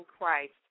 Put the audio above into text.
Christ